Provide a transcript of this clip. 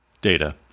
Data